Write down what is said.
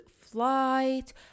flight